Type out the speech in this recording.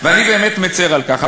ואני באמת מצר על כך.